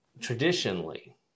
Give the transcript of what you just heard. traditionally